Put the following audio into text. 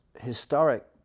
historic